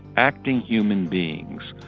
acting human beings.